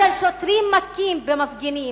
כאשר שוטרים מכים במפגינים,